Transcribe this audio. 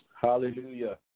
Hallelujah